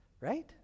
right